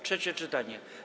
Trzecie czytanie.